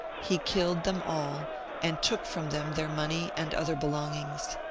he killed them all and took from them their money and other belongings.